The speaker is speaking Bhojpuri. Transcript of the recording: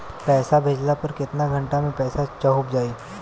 पैसा भेजला पर केतना घंटा मे पैसा चहुंप जाई?